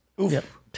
Oof